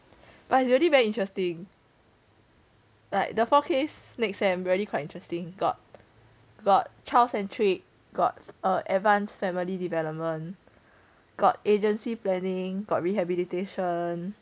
but it's really very interesting like the four K next sem really quite interesting got got child-centric got err advanced family development got agency planning got rehabilitation